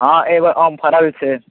हँ एहिबेर आम फड़ल छै